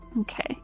Okay